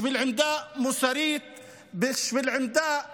בשביל עמדה מוסרית, בשביל עמדה אנושית,